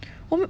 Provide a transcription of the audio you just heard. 我没有